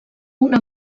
una